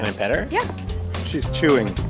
and pet her? yeah she's chewing